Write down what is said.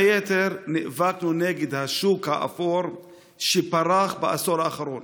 בין היתר נאבקנו נגד השוק האפור שפרח בעשור האחרון.